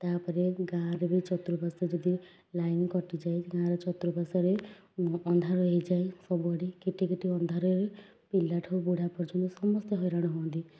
ତା'ପରେ ଗାଁରେ ବି ଚତୁଃପାର୍ଶ୍ୱ ଯଦି ଲାଇନ୍ କଟିଯାଏ ଗାଁର ଚତୁଃପାର୍ଶ୍ୱରେ ଅନ୍ଧାର ହେଇଯାଏ ସବୁଆଡ଼େ କିଟିକିଟି ଅନ୍ଧାରରେ ପିଲାଠୁ ବୁଢ଼ା ପର୍ଯ୍ୟନ୍ତ ସମସ୍ତେ ହଇରାଣ ହୁଅନ୍ତି